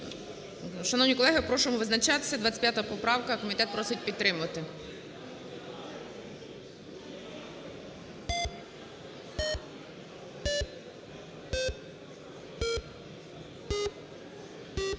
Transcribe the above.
Шановні колеги, прошу визначатися. 25 поправка. Комітет просить підтримати.